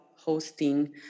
hosting